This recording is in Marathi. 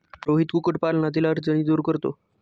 रोहित कुक्कुटपालनातील अडचणी दूर करतो